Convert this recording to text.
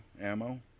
ammo